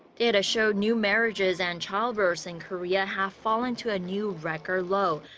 data show new marriages and childbirths in korea have fallen to a new record low.